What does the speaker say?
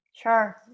Sure